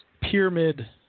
pyramid